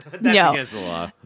No